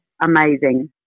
amazing